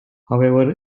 however